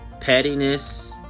pettiness